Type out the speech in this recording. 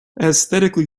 aesthetically